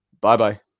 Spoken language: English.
Bye-bye